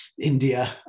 india